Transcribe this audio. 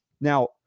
Now